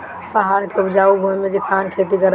पहाड़ के उपजाऊ भूमि पे किसान खेती करत हवे